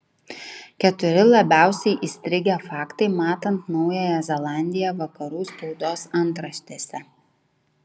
keturi labiausiai įstrigę faktai matant naująją zelandiją vakarų spaudos antraštėse